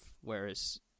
whereas